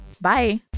Bye